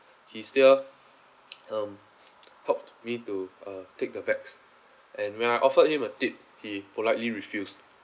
he still um helped me to uh take the bags and when I offered him a tip he politely refused